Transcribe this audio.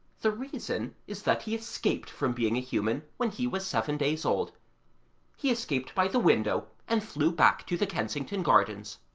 the reason is that he escaped from being a human when he was seven days old he escaped by the window and flew back to the kensington gardens.